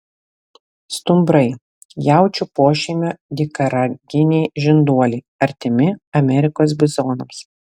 stumbrai jaučių pošeimio dykaraginiai žinduoliai artimi amerikos bizonams